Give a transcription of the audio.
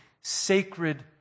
sacred